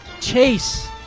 Chase